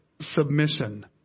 submission